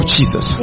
Jesus